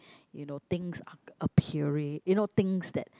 you know things are appearing you know things that